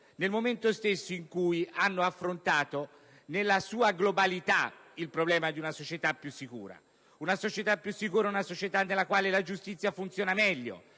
nel momento stesso in cui hanno affrontato nella sua globalità il problema di una società più sicura. Una società più sicura è una società nella quale la giustizia funziona meglio